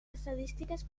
estadístiques